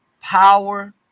power